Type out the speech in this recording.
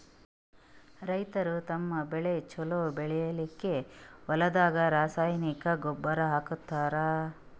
ರೈತರ್ ತಮ್ಮ್ ಬೆಳಿ ಛಲೋ ಬೆಳಿಲಿಕ್ಕ್ ಹೊಲ್ದಾಗ ರಾಸಾಯನಿಕ್ ಗೊಬ್ಬರ್ ಹಾಕ್ತಾರ್